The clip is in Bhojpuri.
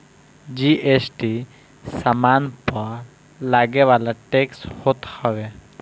जी.एस.टी सामान पअ लगेवाला टेक्स होत हवे